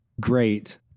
great